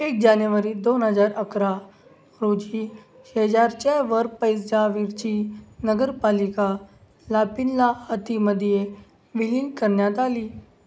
एक जानेवारी दोन हजार अकरा रोजी शेजारच्या वरपैजार्वीची नगरपालिका लापिनलाहतीमध्ये विलीन करण्यात आली